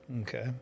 okay